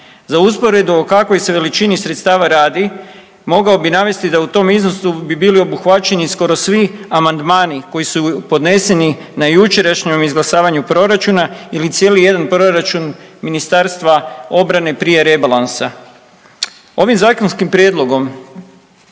Za usporedbu o kakvoj se veličini sredstava radi mogao bi navesti da u tom iznosu bi bili obuhvaćeni skoro svi amandmani koji su podneseni na jučerašnjem izglasavanju proračuna ili cijeli jedan proračun Ministarstva obrane prije rebalansa. Ovim zakonskim prijedlogom